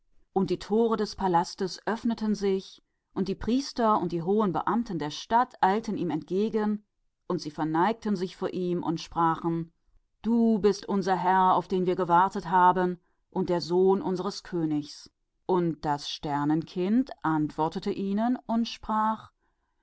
und das tor des palastes öffnete sich und die priester und die hohen beamten der stadt eilten ihm entgegen und sie erniedrigten sich vor ihm und sagten du bist unser herr auf den wir gewartet haben und der sohn unseres königs und das sternenkind antwortete ihnen und sprach